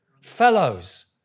Fellows